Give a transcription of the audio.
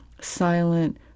silent